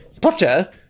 Potter